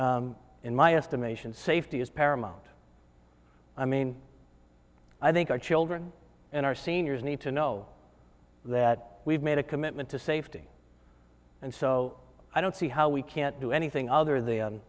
in my estimation safety is paramount i mean i think our children and our seniors need to know that we've made a commitment to safety and so i don't see how we can't do anything other than